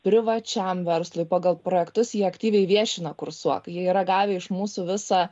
privačiam verslui pagal projektus jie aktyviai viešina kursuo kai jie yra gavę iš mūsų visą